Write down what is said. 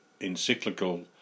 encyclical